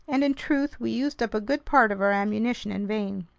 and in truth, we used up a good part of our ammunition in vain.